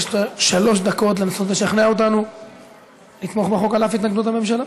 יש לך שלוש דקות לנסות לשכנע אותנו לתמוך בחוק על אף התנגדות הממשלה.